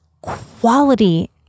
quality